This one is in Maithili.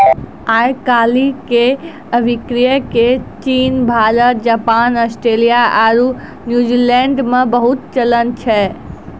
आइ काल्हि क्रय अभिक्रय के चीन, भारत, जापान, आस्ट्रेलिया आरु न्यूजीलैंडो मे बहुते चलन छै